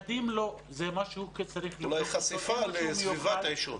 אולי חשיפה לסביבת עישון.